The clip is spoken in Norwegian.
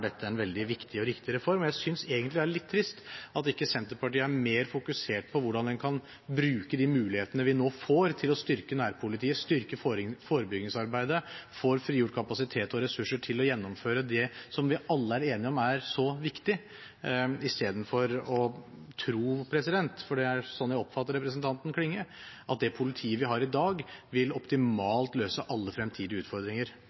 dette en veldig viktig og riktig reform. Jeg synes egentlig det er litt trist at ikke Senterpartiet har mer fokus på hvordan en kan bruke de mulighetene vi nå får, til å styrke nærpolitiet, styrke forebyggingsarbeidet, få frigjort kapasitet og ressurser til å gjennomføre det som vi alle er enige om er så viktig, istedenfor å tro – for det er slik jeg oppfatter representanten Klinge – at det politiet vi har i dag, vil løse alle fremtidige utfordringer